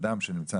- כשאדם נמצא,